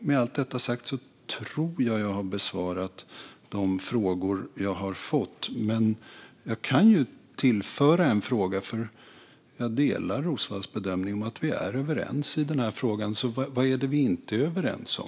Med allt detta sagt tror jag att jag har besvarat de frågor jag har fått. Men jag kan tillföra en fråga. Jag delar Roswalls bedömning om att vi är överens i frågan. Vad är det vi inte är överens om?